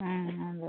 ആ അതെ